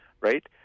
Right